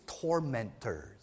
tormentors